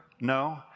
No